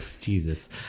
Jesus